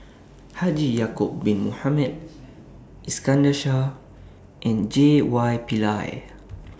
Haji Ya'Acob Bin Mohamed Iskandar Shah and J Y Pillay